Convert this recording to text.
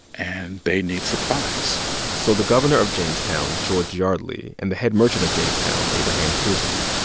and they need supplies so the governor of jamestown, george yardley, and the head merchant of jamestown, abraham piersey,